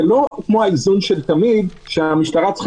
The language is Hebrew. זה לא כמו האיזון של תמיד שהמשטרה צריכה